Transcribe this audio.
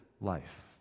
life